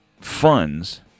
funds